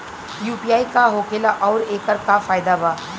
UPI का होखेला आउर एकर का फायदा बा?